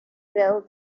well